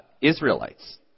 Israelites